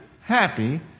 happy